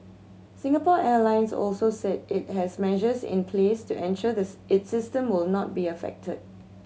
Singapore Airlines also said it has measures in place to ensure this its system will not be affected